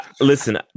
listen